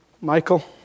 Michael